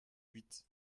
huit